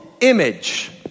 image